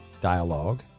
dialogue